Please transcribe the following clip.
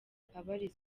ayisumbuye